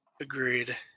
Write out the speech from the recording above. Agreed